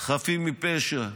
חפים מפשע.